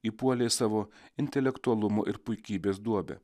įpuolė savo intelektualumu ir puikybės duobę